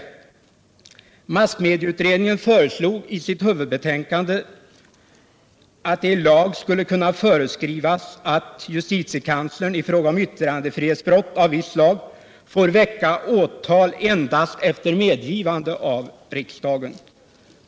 Massmedieutredningen föreslog i sitt huvudbetänkande att det i lag skulle kunna föreskrivas att justitiekanslern i fråga om yttrandefrihetsbrott av visst slag får väcka åtal endast efter medgivande av regeringen.